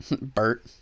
Bert